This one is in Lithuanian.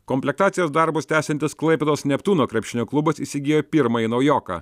komplektacijos darbus tęsiantis klaipėdos neptūno krepšinio klubas įsigijo pirmąjį naujoką